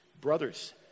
Brothers